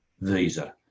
visa